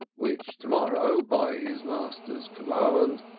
which to-morrow, by his master's command,